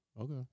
Okay